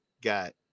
got